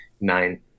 Nine